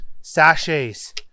sachets